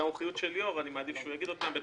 המומחיות של ליאור ואני מעדיף שהוא יגיד אותם.